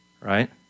right